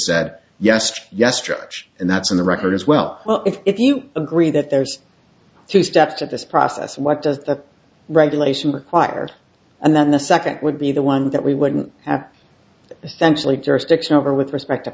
said yes yes structure and that's in the record as well well if if you agree that there's two steps to this process what does the regulation require and then the second would be the one that we wouldn't have essentially jurisdiction over with respect to